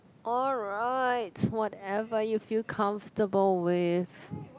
alright whatever you feel comfortable with